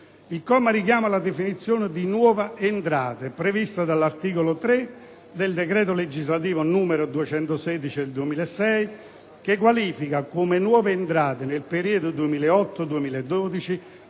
Il comma 1 richiama la definizione di «nuovo entrante», prevista dall'articolo 3 del decreto legislativo n. 216 del 2006, che qualifica come «nuovi entranti» nel periodo 2008-2012